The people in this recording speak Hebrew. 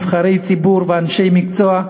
נבחרי ציבור ואנשי מקצוע,